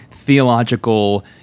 theological